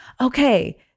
Okay